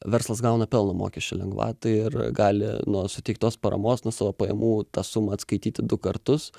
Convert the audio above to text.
verslas gauna pelno mokesčio lengvatą ir gali nuo suteiktos paramos nuo savo pajamų tą sumą atskaityti du kartus